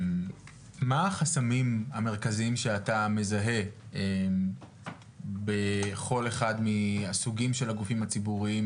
מה החסמים המרכזיים שאתה מזהה בכל אחד מהסוגים של הגופים הציבוריים,